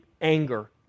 anger